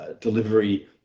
delivery